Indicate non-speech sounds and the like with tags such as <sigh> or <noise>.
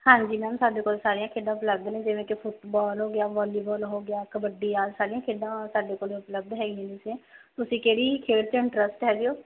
ਹਾਂਜੀ ਮੈਮ ਸਾਡੇ ਕੋਲ ਸਾਰੀਆਂ ਖੇਡਾਂ ਉਪਲੱਬਧ ਨੇ ਜਿਵੇਂ ਕਿ ਫੁੱਟਬਾਲ ਹੋ ਗਿਆ ਬੋਲੀਬਾਲ ਹੋ ਗਿਆ ਕਬੱਡੀ ਆ ਸਾਰੀਆਂ ਖੇਡਾਂ ਸਾਡੇ ਕੋਲ ਉਪਲੱਬਧ ਹੈਗੀਆਂ <unintelligible> ਤੁਸੀਂ ਕਿਹੜੀ ਖੇਡ 'ਚ ਇੰਟਰਸਟ ਹੈਗੇ ਹੋ